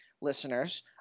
listeners